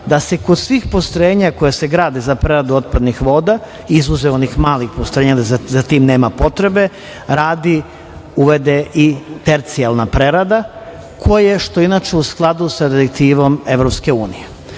da se kod svih postrojenja koja se grade za preradu otpadnih voda, izuzev onih malih postrojenja, za tim nema potrebe, radi, uvede i tercijalna prerada, koja je u skladu sa evropskom